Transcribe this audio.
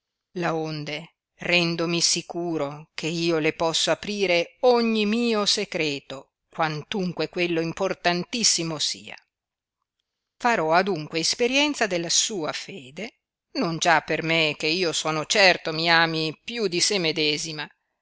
cuore laonde rendomi sicuro che io le posso aprire ogni mio secreto quantunque quello importantissimo sia farò adunque esperienza della sua fede non già per me che io sono certo mi ami più di se medesima